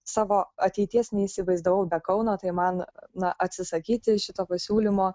savo ateities neįsivaizdavau be kauno tai man na atsisakyti šito pasiūlymo